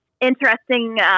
interesting